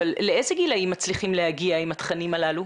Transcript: אבל לאיזה גילים מצליחים להגיע עם התכנים הללו?